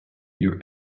your